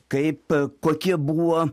kaip kokie buvo